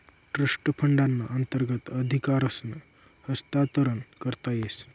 trust फंडना अंतर्गत अधिकारसनं हस्तांतरण करता येस